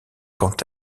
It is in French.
quant